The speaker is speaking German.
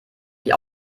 sich